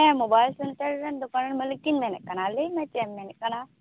ᱦᱮᱸ mobile centre ᱨᱮᱱ ᱫᱳᱠᱟᱱᱨᱮᱱ ᱢᱟᱹᱞᱤᱠᱤᱧ ᱢᱮᱱᱮᱫ ᱠᱟᱱᱟ ᱞᱟᱹᱭᱢᱮ ᱪᱮᱫᱼᱮᱢ ᱢᱮᱱᱮᱫ ᱠᱟᱱᱟ